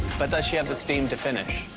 but does she have the steam to finish?